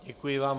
Děkuji vám.